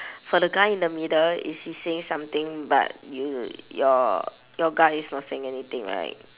for the guy in the middle is he saying something but you your your guy is not saying anything right